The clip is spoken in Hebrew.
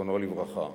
זיכרונו לברכה.